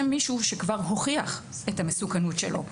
מישהו שכבר הוכיח את המסוכנות שלו.